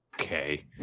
Okay